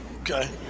Okay